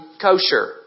kosher